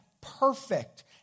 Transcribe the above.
perfect